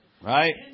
right